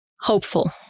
Hopeful